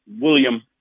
William